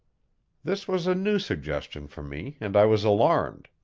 this was a new suggestion for me and i was alarmed.